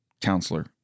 counselor